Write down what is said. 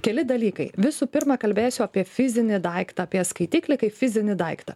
keli dalykai visų pirma kalbėsiu apie fizinį daiktą apie skaitiklį kaip fizinį daiktą